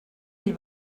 ell